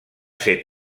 ser